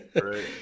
Right